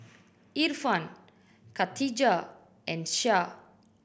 Irfan Khadija and Syah